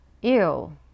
ew